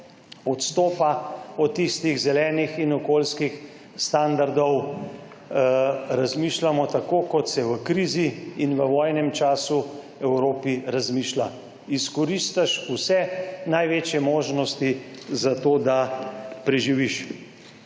odstopa od tistih zelenih in okoljskih standardov, razmišljamo tako, kot se v krizi in v vojnem času v Evropi razmišlja. Izkoristiš vse največje možnosti za to, da preživiš.